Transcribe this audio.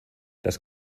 das